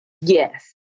Yes